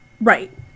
Right